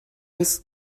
his